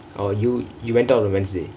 oh you you went out on wednesday